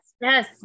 Yes